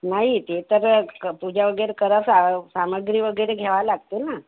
नाही ते तर क पूजा वगैरे करा सा सामग्री वगैरे घ्यावा लागते ना